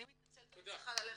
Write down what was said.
אני מתנצלת אדוני, אני צריכה ללכת.